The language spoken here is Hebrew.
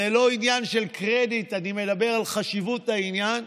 זה לא עניין של קרדיט, אני מדבר על חשיבות העניין.